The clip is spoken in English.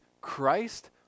Christ